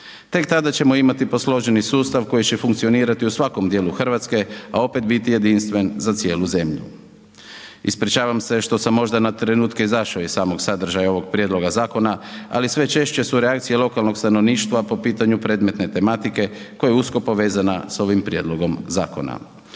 Tek tada ćemo imati posloženi sustav koji će funkcionirati u svakom dijelu Hrvatske a opet biti jedinstven za cijelu zemlju. Ispričavam se što sam možda na trenutke izašao iz samog sadržaja ovog prijedloga zakona ali sve češće su reakcije lokalnog stanovništva po pitanju predmetne tematike koja je usko povezana sa ovim prijedlogom zakona.